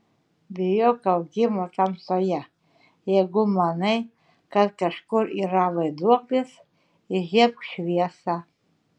bijok augimo tamsoje jeigu manai kad kažkur yra vaiduoklis įžiebk šviesą